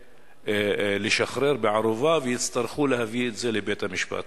לשחרר בערובה ויצטרכו להביא את זה לבית-המשפט.